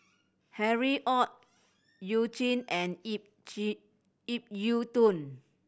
Harry Ord You Jin and Ip G Ip Yiu Tung